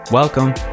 Welcome